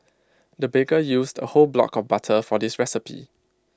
the baker used A whole block of butter for this recipe